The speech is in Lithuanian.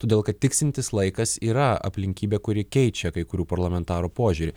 todėl kad tiksintis laikas yra aplinkybė kuri keičia kai kurių parlamentarų požiūrį